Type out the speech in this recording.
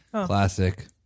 Classic